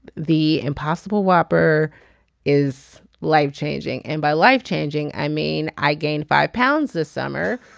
the impossible whopper is life changing and by life changing i mean i gained five pounds this summer